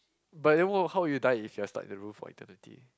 but them work how you die if you start the room for eternity